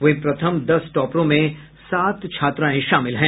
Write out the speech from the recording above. वहीं प्रथम दस टॉपरों में सात छात्राएं हैं